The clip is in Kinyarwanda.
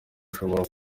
ashobora